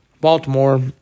Baltimore